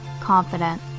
confident